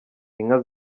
inka